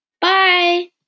Bye